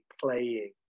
playing